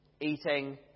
eating